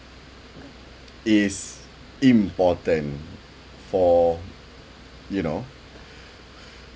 it's important for you know